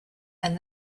and